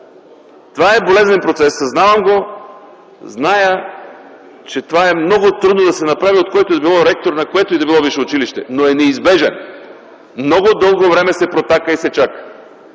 Това е болезнен процес. Съзнавам го. Знам, че това е много трудно да се направи, от който и да било ректор, от което и да било висше училище, но е неизбежен. Много дълго време се протака и се чака.